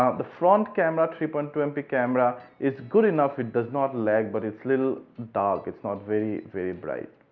the front camera three point two m p camera is good enough it does not lag but it's little dark it's not very very bright.